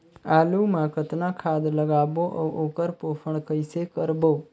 आलू मा कतना खाद लगाबो अउ ओकर पोषण कइसे करबो?